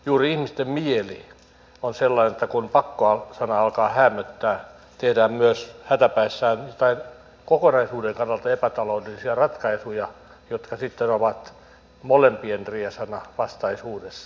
juuri ihmisten mieli on sellainen että kun pakko sana alkaa häämöttää tehdään myös hätäpäissään tai kokonaisuuden kannalta epätaloudellisia ratkaisuja jotka sitten ovat molempien riesana vastaisuudessa